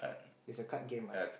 is a card game ah